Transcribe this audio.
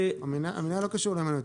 המינהל לא קשור להימנותא.